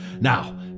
Now